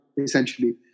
essentially